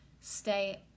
stay